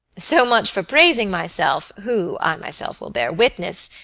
so much for praising myself, who, i myself will bear witness,